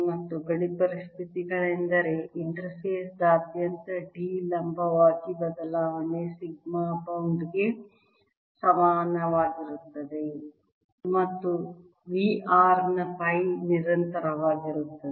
ಮತ್ತು ಗಡಿ ಪರಿಸ್ಥಿತಿಗಳೆಂದರೆ ಇಂಟರ್ಫೇಸ್ ಆದ್ಯಂತ D ಲಂಬವಾಗಿ ಬದಲಾವಣೆ ಸಿಗ್ಮಾ ಬೌಂಡ್ ಗೆ ಸಮಾನವಾಗಿರುತ್ತದೆ ಮತ್ತು V r ನ ಪೈ ನಿರಂತರವಾಗಿರುತ್ತದೆ